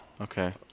Okay